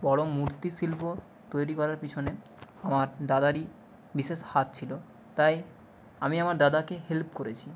বড়ো মূর্তি শিল্প তৈরি করার পিছনে আমার দাদারই বিশেষ হাত ছিল তাই আমি আমার দাদাকে হেল্প করেছি